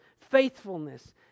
faithfulness